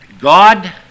God